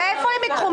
מאיפה הם ייקחו?